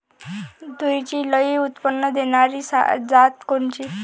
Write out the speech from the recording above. तूरीची लई उत्पन्न देणारी जात कोनची?